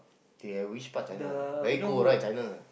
they at which part China very cold right China